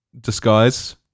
disguise